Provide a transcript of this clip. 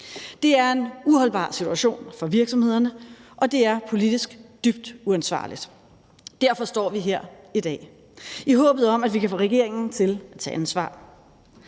Det er en uholdbar situation for virksomhederne, og det er politisk dybt uansvarligt. Derfor står vi her i dag – i håbet om, at vi kan få regeringen til at tage ansvar.